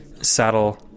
saddle